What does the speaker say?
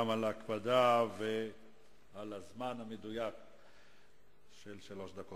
גם על ההקפדה על הזמן המדויק של שלוש דקות.